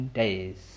days